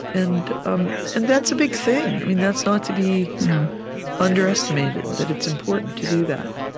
and um and that's a big thing. that's not to be underestimated, that it's important to do that